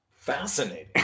Fascinating